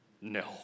No